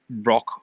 rock